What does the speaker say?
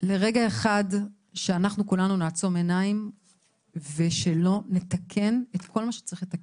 לרגע אחד שאנחנו כולנו נעצום עיניים ושלא נתקן את כל מה שצריך לתקן.